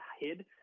hid –